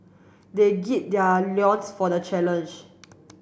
they their for the challenge